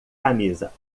camisa